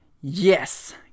Yes